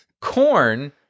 Corn